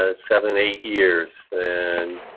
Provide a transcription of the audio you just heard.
ah seven eight years. and